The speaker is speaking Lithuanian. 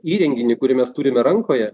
įrenginį kurį mes turime rankoje